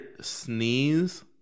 sneeze